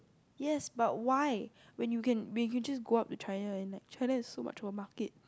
yes but why when you can when you can just go up to China and like China has so much more market